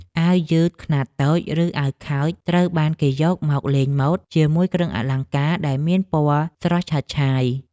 អាវយឺតខ្នាតតូចឬអាវខើចត្រូវបានគេយកមកលេងម៉ូដជាមួយគ្រឿងអលង្ការដែលមានពណ៌ស្រស់ឆើតឆាយ។